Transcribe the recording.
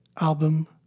album